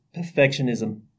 perfectionism